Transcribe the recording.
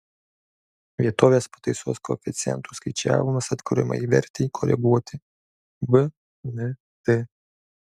vietovės pataisos koeficientų skaičiavimas atkuriamajai vertei koreguoti vnt